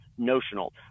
notional